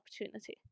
opportunity